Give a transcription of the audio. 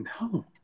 No